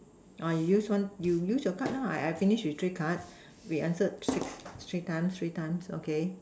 orh you use one you use your card lah I I finish with three card we answered six three times three times okay